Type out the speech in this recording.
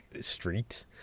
street